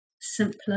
simpler